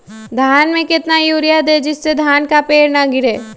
धान में कितना यूरिया दे जिससे धान का पेड़ ना गिरे?